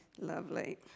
Lovely